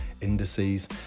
indices